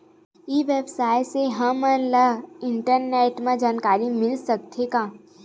ई व्यवसाय से हमन ला इंटरनेट मा जानकारी मिल सकथे का?